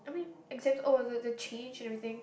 I mean exams oh the the the change and everything